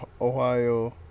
Ohio